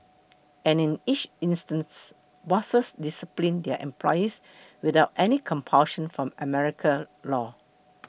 and in each instance bosses disciplined their employees without any compulsion from American law